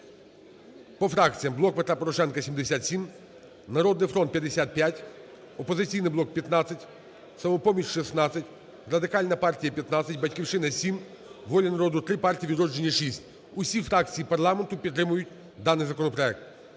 По фракціям: "Блок Петра Порошенка" – 77, "Народний фронт" – 55, "Опозиційний блок" – 15, "Самопоміч" – 16, Радикальна партія – 15, "Батьківщина" – 7, "Воля народу" – 3, "Партія "Відродження" – 6. Всі фракції парламенту підтримують даний законопроект,